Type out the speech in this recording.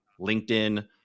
LinkedIn